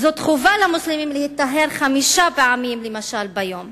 חובה על המוסלמים להיטהר חמש פעמים ביום